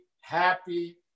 happy